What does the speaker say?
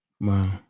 Wow